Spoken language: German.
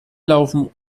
laufen